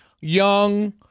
young